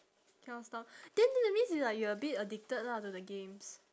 cannot stop then that means you're like you're a bit addicted lah to the games